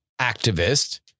activist